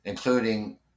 including